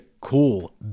cool